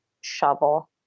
shovel